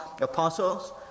apostles